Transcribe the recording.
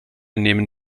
nehmen